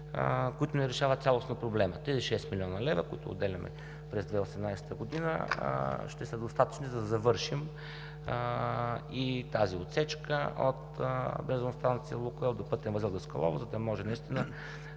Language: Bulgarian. които не решават цялостно проблема. Тези 6 млн. лв., които отделяме през 2018 г., ще са достатъчни, за да завършим и тази отсечка от бензиностанция „Лукойл“ до пътен възел Даскалово, за да може наистина